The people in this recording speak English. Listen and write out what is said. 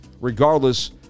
regardless